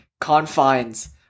confines